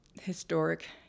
historic